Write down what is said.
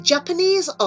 Japanese